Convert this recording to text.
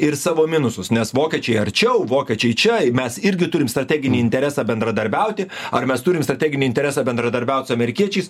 ir savo minusus nes vokiečiai arčiau vokiečiai čia mes irgi turime strateginį interesą bendradarbiauti ar mes turim strateginį interesą bendradarbiaut su amerikiečiais